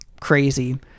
crazy